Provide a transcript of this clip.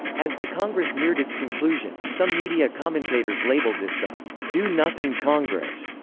as the congress neared its conclusion, some media commentators labelled this the do nothing congress,